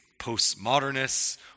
postmodernists